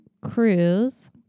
Cruise